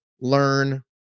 learn